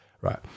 right